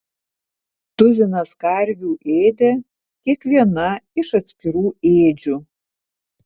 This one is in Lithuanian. tuzinas karvių ėdė kiekviena iš atskirų ėdžių